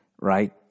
right